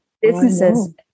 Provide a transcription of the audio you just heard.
businesses